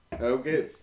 Okay